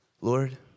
Lord